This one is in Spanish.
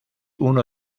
uno